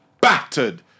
battered